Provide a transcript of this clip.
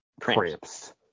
cramps